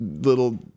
little